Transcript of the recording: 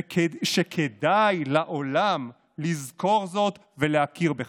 כדאי לעולם לזכור זאת ולהכיר בכך.